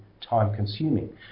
time-consuming